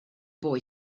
boy